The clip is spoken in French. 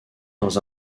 dans